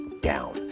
down